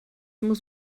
muss